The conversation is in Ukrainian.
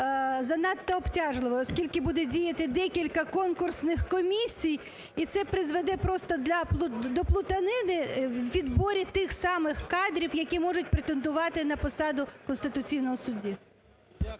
занадто обтяжливою, оскільки буде діяти декілька конкурсних комісій і це призведе просто до плутанину у відборі тих самих кадрів, які можуть претендувати на посаду конституційного судді?